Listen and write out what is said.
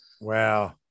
wow